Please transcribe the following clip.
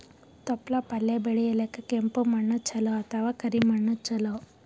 ತೊಪ್ಲಪಲ್ಯ ಬೆಳೆಯಲಿಕ ಕೆಂಪು ಮಣ್ಣು ಚಲೋ ಅಥವ ಕರಿ ಮಣ್ಣು ಚಲೋ?